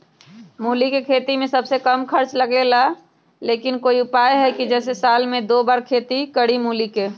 मूली के खेती में सबसे कम खर्च लगेला लेकिन कोई उपाय है कि जेसे साल में दो बार खेती करी मूली के?